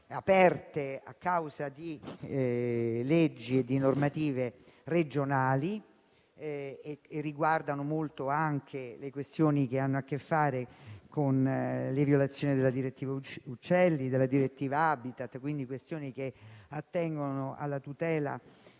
aperte originano da leggi e normative regionali e riguardano molto anche le questioni che hanno a che fare con le violazione delle cosiddette direttive uccelli e *habitat*, quindi questioni che attengono alla tutela